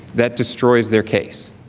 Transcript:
that destroys their case.